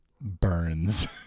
burns